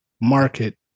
market